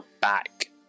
back